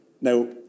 Now